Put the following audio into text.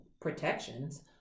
protections